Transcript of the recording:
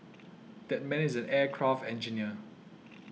that man is an aircraft engineer